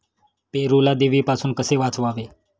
पेरूला देवीपासून कसे वाचवावे?